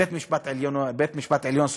בית-המשפט העליון שמאלני?